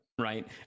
right